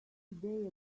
day